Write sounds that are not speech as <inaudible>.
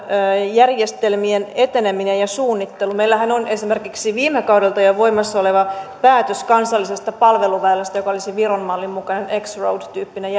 järjestelmien eteneminen ja suunnittelu meillähän on esimerkiksi viime kaudelta jo voimassa oleva päätös kansallisesta palveluväylästä joka olisi viron mallin mukainen kymmenennen road tyyppinen <unintelligible>